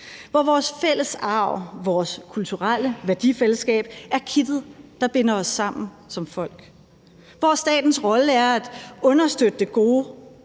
hvor vores fælles arv og vores kulturelle værdifællesskab er kittet, der binder os sammen som folk, hvor statens rolle er at understøtte det gode